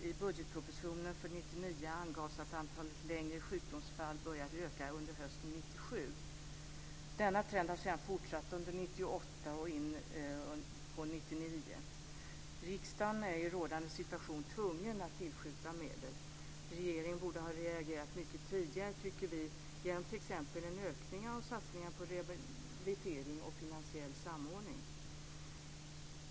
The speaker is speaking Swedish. I budgetpropositionen för 1999 angavs att antalet längre sjukdomsfall började öka under hösten 1997. Denna trend har sedan fortsatt under 1998 och in på 1999. Riksdagen är i rådande situation tvungen att tillskjuta medel. Regeringen borde ha reagerat mycket tidigare, tycker vi, genom t.ex. en ökning av satsningarna på rehabilitering och genom finansiell samordning.